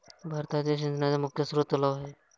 भारतातील सिंचनाचा मुख्य स्रोत तलाव आहे